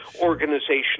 organizational